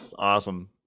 awesome